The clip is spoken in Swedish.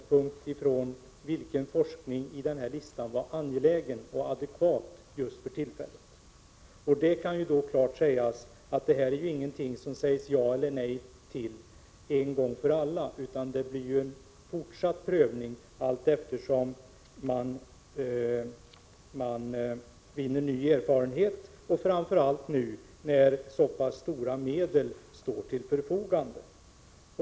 Därav kan man utläsa vilken forskning som för tillfället varit angelägen och adekvat. Här kan klart sägas ut att det inte innebär att man en gång för alla säger ja eller nej, utan prövningen fortsätter allteftersom man vinner nya erfarenheter. Det gäller framför allt nu, när så pass stora medel står till förfogande.